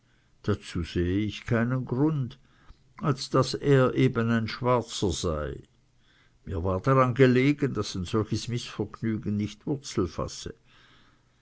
dazu sehe ich keinen grund als daß er eben ein schwarzer sei mir war daran gelegen daß ein solches mißvergnügen nicht wurzel fasse